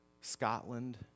Scotland